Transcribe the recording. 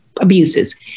abuses